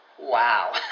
Wow